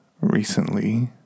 recently